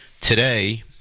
Today